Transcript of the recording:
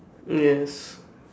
yes